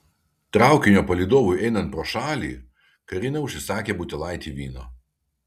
traukinio palydovui einant pro šalį karina užsisakė butelaitį vyno